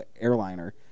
airliner